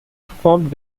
performed